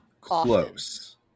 close